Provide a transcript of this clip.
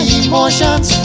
emotions